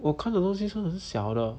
我看的东西是很小的